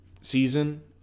season